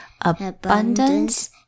abundance